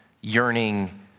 yearning